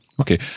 Okay